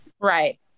Right